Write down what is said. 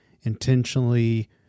intentionally